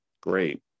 great